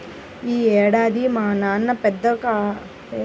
యీ ఏడాది మా నాన్న పదెకరాల్లో వరి పంట వేస్తె బాగానే లాభం వచ్చిందంట